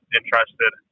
interested